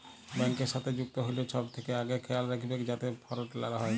ব্যাংকের সাথে যুক্ত হ্যলে ছব থ্যাকে আগে খেয়াল রাইখবেক যাতে ফরড লা হ্যয়